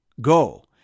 Go